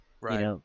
Right